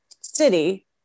city